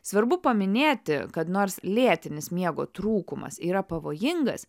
svarbu paminėti kad nors lėtinis miego trūkumas yra pavojingas